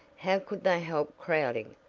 how could they help crowding?